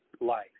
life